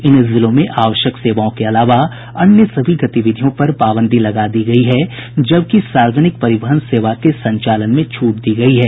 इन जिलों में आवश्यक सेवाओं के अलावा अन्य सभी गतिविधियों पर पाबंदी लगा दी गई है जबकि सार्वजनिक परिवहन सेवा के संचालन में छूट दी गई है